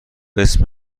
اسم